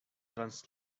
trans